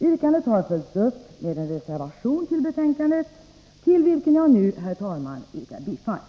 Yrkandet har följts upp med en reservation till betänkandet, till vilken jag nu, herr talman, yrkar bifall.